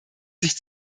sich